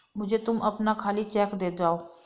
मुझे तुम अपना खाली चेक दे जाओ